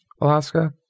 Alaska